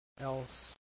else